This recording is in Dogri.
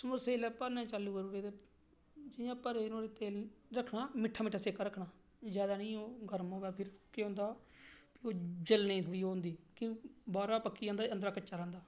समोसे जिसलै भरना चालू करी ओड़े ते फ्ही केह् है जियां भरे नुआढ़े गी तेल च रक्खना ते मिट्ठा मिट्ठा सेका रक्खना ज्यादा नेईं ओह् गर्म होऐ फिर केह् होंदा प्ही ओह् शैल नेईं होंदे केह् होंदा कि बाहरा पक्की जंदा अंदरा कच्चा रौंह्दा